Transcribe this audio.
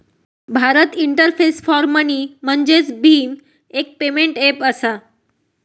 Bharat interface for money म्हणजेच भीम, एक पेमेंट ऐप असा